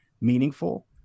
meaningful